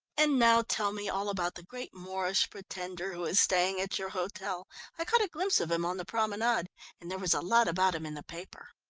and now tell me all about the great moorish pretender who is staying at your hotel i caught a glimpse of him on the promenade and there was a lot about him in the paper.